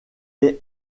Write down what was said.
est